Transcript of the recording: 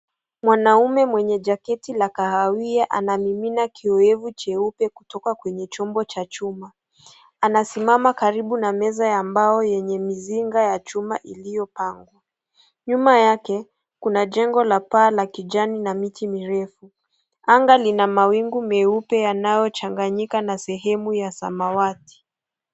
Mwanaume mwenye jaketi la kahawia anamimina kiowevu cheupe kutoka kwenye chombo cha chuma. Anasimama karibu na meza ya mbao yenye mizinga ya chuma iliyopangwa. Nyuma yake kuna jengo la paa la kijani na miti mirefu. Anga lina mawingu meupe yanayochangayika na sehemu ya samawati.